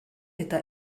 eta